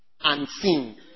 Unseen